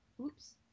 Oops